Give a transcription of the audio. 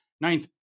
ninth